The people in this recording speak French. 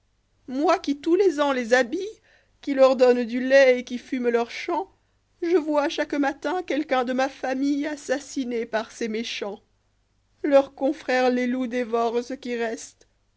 moi qui tou s les ans les habille qui leur donne du lait et qui fume leurs champs je vois chaque matin quelqu'un de ma famille assassiné par ces méchants leurs confrères les loups dévorent ce qui reste